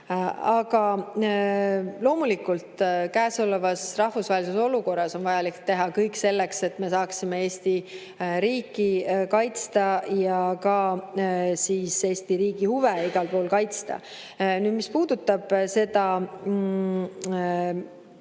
Aga loomulikult on käesolevas rahvusvahelises olukorras vaja teha kõik selleks, et me saaksime Eesti riiki kaitsta ja ka Eesti riigi huve igal pool kaitsta. Mis puudutab seda